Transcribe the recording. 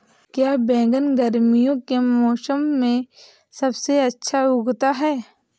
क्या बैगन गर्मियों के मौसम में सबसे अच्छा उगता है?